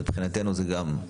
אז מבחינתו זה גם.